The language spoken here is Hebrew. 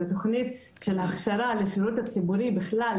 זו תכנית של הכשרה לשירות הציבורי בכלל,